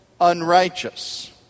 unrighteous